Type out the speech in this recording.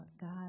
God